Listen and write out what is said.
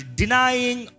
denying